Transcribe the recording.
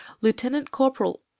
lieutenant-corporal